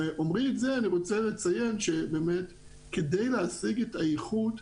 באומרי את זה אני רוצה לציין שבאמת כדי להשיג את האיכות,